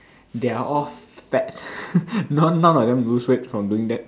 they are all fat none none of them lose weight from doing that